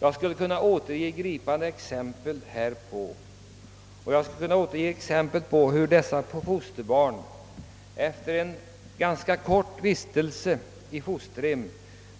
Jag skulle kunna återge gripande exempel på hur dessa fosterbarn efter en ganska kort tids vistelse i fosterhem